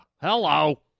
Hello